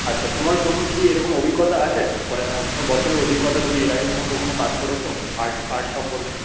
আচ্ছা তোমার কোনো কি এরকম অভিজ্ঞতা আছে কোনো বছরের অভিজ্ঞতা তুমি এর আগে কোথাও কখনও কাজ করেছো আর্ট আর্ট সম্পর্কে